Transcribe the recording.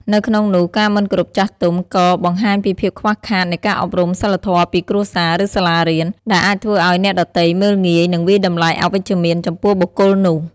នៅក្នុងនោះ ការមិនគោរពចាស់ទុំ ក៏បង្ហាញពីភាពខ្វះខាតនៃការអប់រំសីលធម៌ពីគ្រួសារ ឬសាលារៀន ដែលអាចធ្វើឲ្យអ្នកដទៃមើលងាយ និងវាយតម្លៃអវិជ្ជមានចំពោះបុគ្គលនោះ។